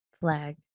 flag